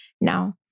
Now